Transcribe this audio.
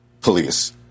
police